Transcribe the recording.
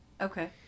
Okay